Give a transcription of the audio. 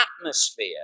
atmosphere